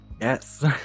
Yes